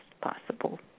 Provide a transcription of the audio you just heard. possible